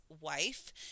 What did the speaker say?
wife